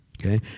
Okay